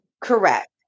Correct